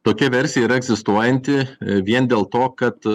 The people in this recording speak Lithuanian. tokia versija yra egzistuojanti e vien dėl to kad